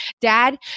Dad